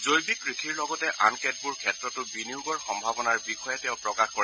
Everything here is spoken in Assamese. জৈৱিক কৃষিৰ লগতে আন কেতবোৰ ক্ষেত্ৰতো বিনিয়োগৰ সম্ভাৱনাৰ বিষয়ে তেওঁ প্ৰকাশ কৰে